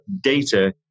data